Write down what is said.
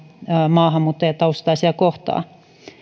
maahanmuuttajataustaisia kohtaan